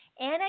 Anna